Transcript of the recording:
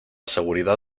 seguridad